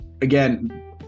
again